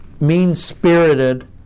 mean-spirited